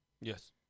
Yes